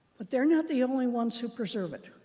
but they're not the only ones who preserve it.